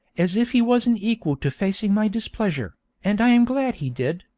as if he wasn't equal to facing my displeasure, and i am glad he did,